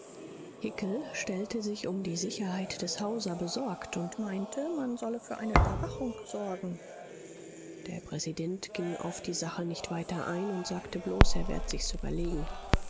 stellte sich um die sicherheit des hauser besorgt und meinte man solle für eine überwachung sorgen der präsident ging auf die sache nicht weiter ein und sagte bloß er werde sich's überlegen